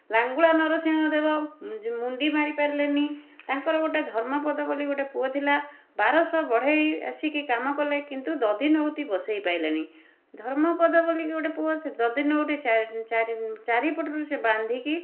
ଲାଙ୍ଗୁଳା ନରସିଂହ ଦେବ ମୁଣ୍ଡି ମାରି ପାରିଲେନି ତାଙ୍କର ଗୋଟେ ଧର୍ମପଦ ବୋଲି ଗୋଟେ ପୁଅ ଥିଲା ବାରଶହ ବଢ଼େଇ ଆସିକି କାମ କଲେ କିନ୍ତୁ ଦଧିନଉତି ବସେଇ ପାଇଲେ ନାହିଁ ଧର୍ମପଦ ବୋଲିକି ଗୋଟେ ପୁଅ ସେ ଦଧିନଉତି ଚାରି ଚରିପଟରୁ ସିଏ ବାନ୍ଧିକି